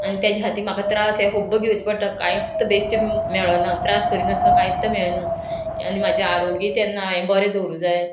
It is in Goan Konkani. आनी तेज्या खातीर म्हाका त्रास हें खूब घेवचें पडटा कांयत बेश्टें मेळना त्रास करिनासतना कांयत मेळना आनी म्हाजे आरोग्य तेन्ना हांयें बरें दवरूं जाय